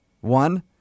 one